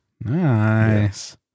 Nice